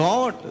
God